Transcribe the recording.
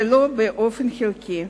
ולו באופן חלקי.